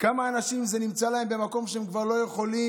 לכמה אנשים זה נמצא במקום שהם כבר לא יכולים?